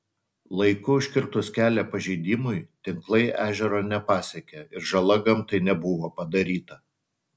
laiku užkirtus kelią pažeidimui tinklai ežero nepasiekė ir žala gamtai nebuvo padaryta